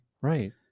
right